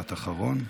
משפט אחרון.